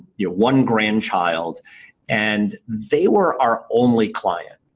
yeah one grandchild and they were our only client.